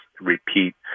repeat